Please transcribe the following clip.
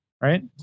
right